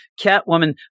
Catwoman